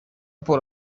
paul